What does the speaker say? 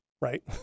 right